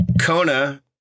Kona